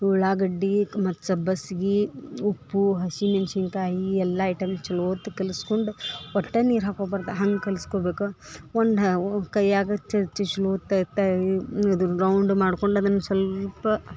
ಉಳ್ಳಾಗಡ್ಡಿ ಮತ್ತು ಸಬ್ಬಸ್ಗಿ ಉಪ್ಪು ಹಸಿಮೆಣ್ಸಿನ ಕಾಯಿ ಎಲ್ಲಾ ಐಟಮ್ ಚಲೊತ್ ಕಲ್ಸ್ಕೊಂಡು ಒಟ್ಟೆ ನೀರು ಹಾಕೋಬಾರ್ದು ಹಂಗೆ ಕಲ್ಸೊಬೇಕು ಒಂದು ಕೈಯಾಗ ಇದನ್ನ ರೌಂಡ್ ಮಾಡ್ಕೊಂಡು ಅದನ್ನ ಸ್ವಲ್ಪ